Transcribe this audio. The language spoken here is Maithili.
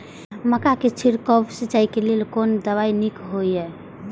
मक्का के छिड़काव सिंचाई के लेल कोन दवाई नीक होय इय?